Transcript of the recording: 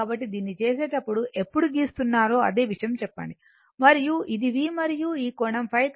కాబట్టి దీన్ని చేసేటప్పుడు ఎప్పుడు గీస్తున్నారో అదే విషయం చెప్పండి మరియు ఇది V మరియు ఈ కోణం ϕ